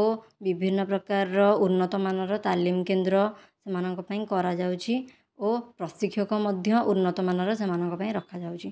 ଓ ବିଭିନ୍ନ ପ୍ରକାରର ଉନ୍ନତମାନର ତାଲିମ କେନ୍ଦ୍ର ସେମାନଙ୍କ ପାଇଁ କରାଯାଉଛି ଓ ପ୍ରଶିକ୍ଷକ ମଧ୍ୟ ଉନ୍ନତମାନର ସେମାନଙ୍କ ପାଇଁ ରଖାଯାଉଛି